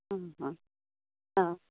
आं हा आं